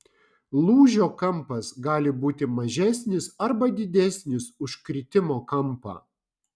lūžio kampas gali būti mažesnis arba didesnis už kritimo kampą